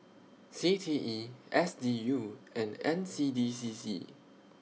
C T E S D U and N C D C C